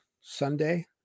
Sunday